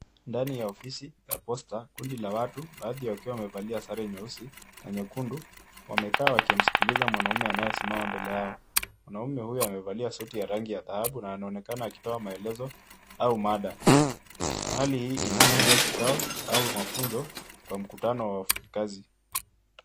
Ndani ya ofisi ya Posta, kundi la watu baadhi wakiwa wamevalia sare nyeusi na nyekundu wamekaa wakimsikiliza mwanamume anayesimama mbele yao, mwanamume huyo amevalia suti ya rangi ya dhahabu na anaonekana akitoa maelezo au mada, hali hii inaashiria kikao au mafunzo kwa mkutano wa kazi.